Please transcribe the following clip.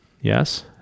yes